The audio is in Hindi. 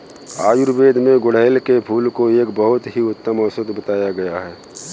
आयुर्वेद में गुड़हल के फूल को एक बहुत ही उत्तम औषधि बताया गया है